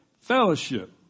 fellowship